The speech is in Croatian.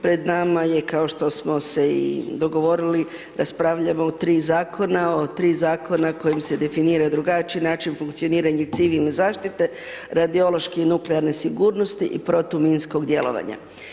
Pred nama je kao što smo se i dogovorili raspravljamo o tri zakona, o tri zakona kojim se definira drugačiji način funkcioniranje civilne zaštite, radiološke i nuklearne sigurnosti i protuminskog djelovanje.